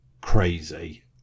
crazy